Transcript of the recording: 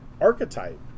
Archetype